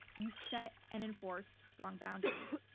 you set and enforce strong boundaries.